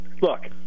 Look